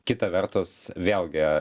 kita vertus vėlgi